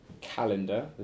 calendar